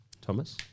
Thomas